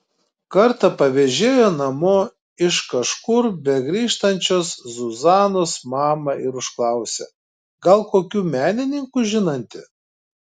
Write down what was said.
kartą pavežėjo namo iš kažkur begrįžtančią zuzanos mamą ir užklausė gal kokių menininkų žinanti